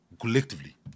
Collectively